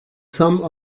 some